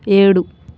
ఏడు